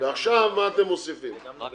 וגם מה מוסיפים עכשיו.